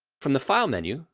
from the file menu,